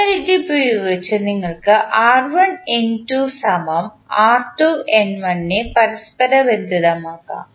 അതിനാൽ ഇത് ഉപയോഗിച്ച് നിങ്ങൾക്ക് r1N2 r2N1 നെ പരസ്പരബന്ധിതമാക്കാം